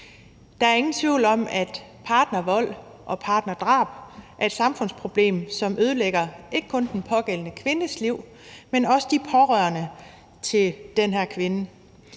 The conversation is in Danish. Der er ingen tvivl om, at partnervold og partnerdrab er et samfundsproblem, som ødelægger ikke kun den pågældende kvindes liv, men også de pårørende til den her kvindes